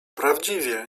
prawdziwie